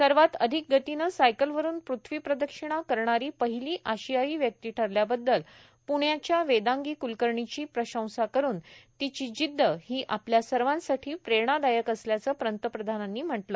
सर्वात अधिक गतीनं सायकलवरून पृथ्वीप्रदक्षिणा करणारी पहिली आशियायी व्यक्ती ठरल्याबद्दल पृण्याच्या वेदांगी क्लकर्णीची प्रशंसा करून तिची जिद्द ही आपल्या सर्वासाठी प्रेरणादायक असल्याचं पंतप्रधानांनी म्हटलं